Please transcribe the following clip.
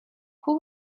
who